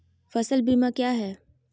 फ़सल बीमा क्या है?